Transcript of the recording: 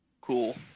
Cool